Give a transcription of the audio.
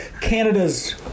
Canada's